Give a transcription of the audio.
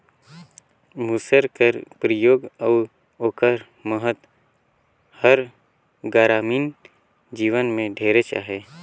मूसर कर परियोग अउ ओकर महत हर गरामीन जीवन में ढेरेच अहे